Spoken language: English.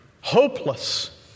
hopeless